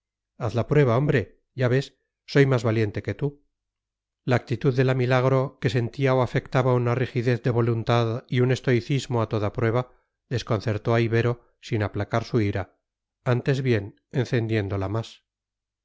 haz la prueba hombre ya ves soy más valiente que tú la actitud de la milagro que sentía o afectaba una rigidez de voluntad y un estoicismo a toda prueba desconcertó a ibero sin aplacar su ira antes bien encendiéndola más